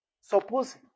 suppose